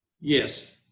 yes